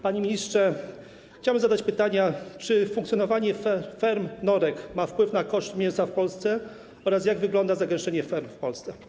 Panie ministrze, chciałbym zadać pytania: Czy funkcjonowanie ferm norek ma wpływ na koszt mięsa w Polsce oraz jak wygląda zagęszczenie ferm w Polsce?